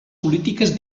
polítiques